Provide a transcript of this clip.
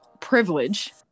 Privilege